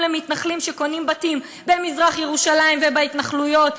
למתנחלים שקונים בתים במזרח-ירושלים ובהתנחלויות,